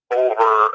over